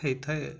ହେଇଥାଏ